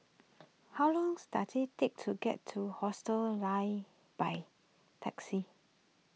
how longs does it take to get to Hostel Lah by taxi